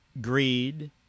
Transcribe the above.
greed